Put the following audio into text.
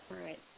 right